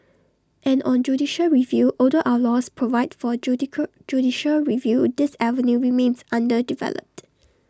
and on judicial review although our laws provide for judicial review this avenue remains underdeveloped